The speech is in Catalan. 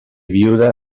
viuda